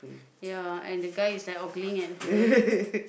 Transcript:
ya and the guy is like ogling at her